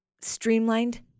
streamlined